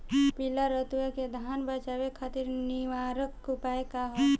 पीला रतुआ से धान बचावे खातिर निवारक उपाय का ह?